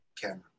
camera